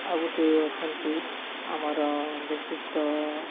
ଆଉ ଗୋଟିଏ ଅଛନ୍ତି ଆମର ବିଶିଷ୍ଟ